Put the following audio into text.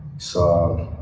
so,